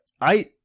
I-